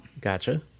Gotcha